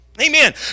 Amen